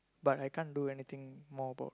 but I can't do anything more about